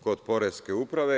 kod poreske uprave.